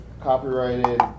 copyrighted